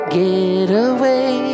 getaway